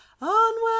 onward